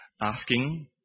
asking